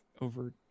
over